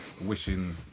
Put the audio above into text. wishing